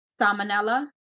salmonella